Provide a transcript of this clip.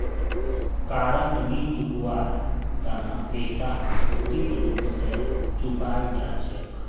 कारक नी चुकवार तना पैसाक भौतिक रूप स चुपाल जा छेक